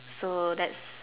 so that's